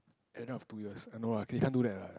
end of two years eh no lah they can't do that lah